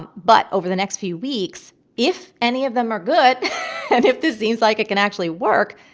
um but over the next few weeks, if any of them are good and if this seems like it can actually work,